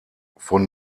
von